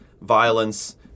violence